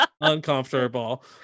uncomfortable